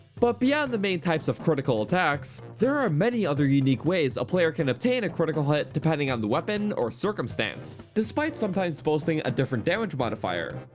but beyond the main types of critical attacks, there are many other unique ways a player can obtain a critical hit depending on the weapon or circumstance despite sometimes boasting a different damage modifier.